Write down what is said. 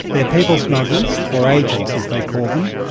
their people smugglers, or agents as they call them,